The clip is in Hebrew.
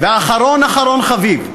ואחרון אחרון חביב,